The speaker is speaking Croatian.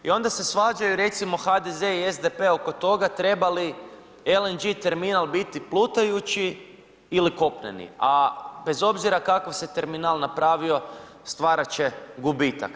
I onda se svađaju recimo HDZ i SDP oko toga treba li LNG terminal biti plutajući ili kopneni, a bez obzir kako se terminal napravio stvarat će gubitak.